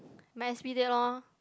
mass media lor